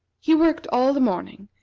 he worked all the morning,